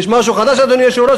יש משהו חדש, אדוני היושב-ראש?